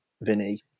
Vinny